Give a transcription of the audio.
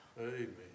Amen